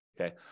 Okay